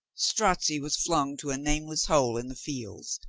strozzi was flung to a nameless hole in the fields,